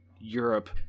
europe